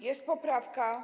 Jest poprawka.